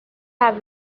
have